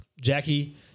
Jackie